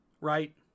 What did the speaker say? right